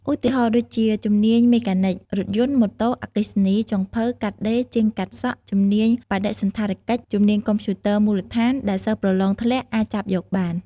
ឧទាហរណ៍ដូចចជា ជំនាញ មេកានិច រថយន្ត/ម៉ូតូ អគ្គិសនី ចុងភៅ កាត់ដេរ ជាងកាត់សក់ ជំនាញបដិសណ្ឋារកិច្ច ជំនាញកុំព្យូទ័រមូលដ្ឋាន ដែលសិស្សប្រឡងធ្លាក់អាចចាប់យកបាន។